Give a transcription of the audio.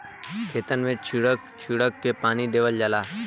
खेतन मे छीड़क छीड़क के पानी देवल जाला